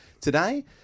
today